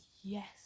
yes